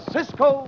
Cisco